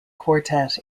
quartet